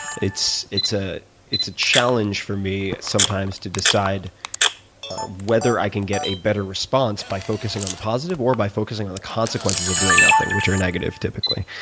it's it's ah a challenge for me sometimes to decide whether i can get a better response by focusing on the positive or by focusing on the consequences of doing nothing, which are negative typically.